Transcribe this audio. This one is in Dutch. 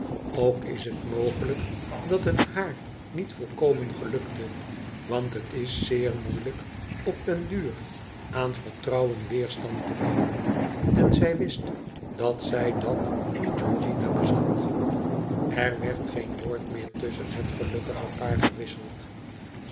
ook is het mogelijk dat het haar niet volkomen gelukte want het is zeer moeilijk op den duur aan vertrouwen weerstand te bieden en zij wist dat zij dat van georgiana bezat r werd geen woord meer tusschen het gelukkige paar gewisseld